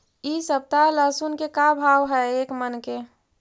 इ सप्ताह लहसुन के का भाव है एक मन के?